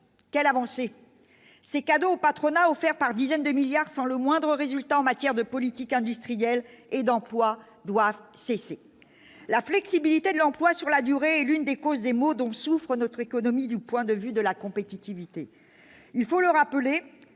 quelle avancée ces cadeaux au patronat offert par dizaines de milliards sans le moindre résultat en matière de politique industrielle et d'emploi doivent cesser la flexibilité de l'emploi sur la durée, l'une des causes des maux dont souffre notre économie du point de vue de la compétitivité, il faut le rappeler